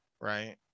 right